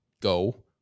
go